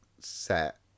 set